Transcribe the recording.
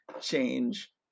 change